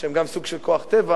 שהם גם סוג של כוח טבע,